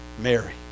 Mary